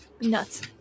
nuts